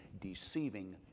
deceiving